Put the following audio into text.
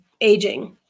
aging